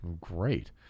great